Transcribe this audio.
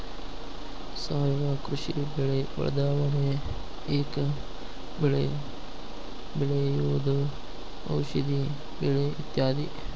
ಸಾವಯುವ ಕೃಷಿ, ಬೆಳೆ ಬದಲಾವಣೆ, ಏಕ ಬೆಳೆ ಬೆಳೆಯುವುದು, ಔಷದಿ ಬೆಳೆ ಇತ್ಯಾದಿ